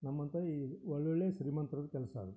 ನಮ್ಮಂಥ ಈ ಒಳ್ಳೊಳ್ಳೆಯ ಶ್ರೀಮಂತ್ರದ್ದು ಕೆಲಸ ಅದು